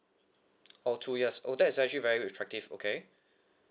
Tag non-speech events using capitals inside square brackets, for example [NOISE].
oh two years oh that is actually very attractive okay [BREATH]